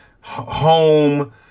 Home